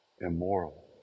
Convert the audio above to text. immoral